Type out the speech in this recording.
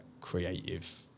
creative